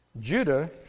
Judah